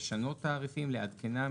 לשנות תעריפים לעדכנם,